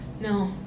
no